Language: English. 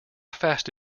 fast